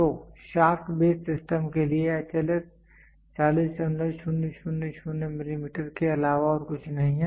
तो shaft base system के लिए HLS 40000 मिलीमीटर के अलावा और कुछ नहीं है